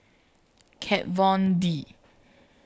Kat Von D